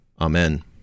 Amen